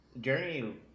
Journey